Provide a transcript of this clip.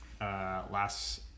Last